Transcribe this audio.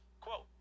quote